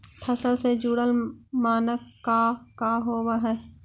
फसल से जुड़ल मानक का का होव हइ?